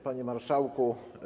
Panie Marszałku!